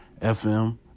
FM